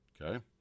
Okay